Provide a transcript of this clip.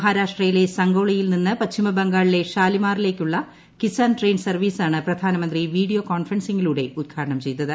മഹാരാഷ്ട്രയിലെ സംഗോളയിൽ നിന്ന് പശ്ചിമ ബംഗാളിലെ ഷാലിമാറിലേക്കുള്ള കിസാൻ ട്രെയിൻ സർവീസാണ് പ്രധാനമന്ത്രി വീഡിയോ കോൺഫെറൻസിങ്ങിലൂടെ ഉദ്ഘാടനം ചെയ്തത്